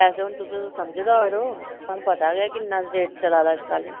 तुस ओ समझदार तुसेंगी पता गै किन्ना रेट चला दा अज्जकल